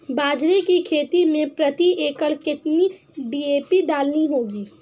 बाजरे की खेती में प्रति एकड़ कितनी डी.ए.पी डालनी होगी?